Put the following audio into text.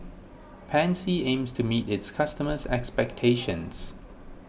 Pansy aims to meet its customers' expectations